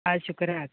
आज शुक्रार